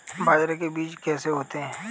बाजरे के बीज कैसे होते हैं?